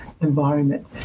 environment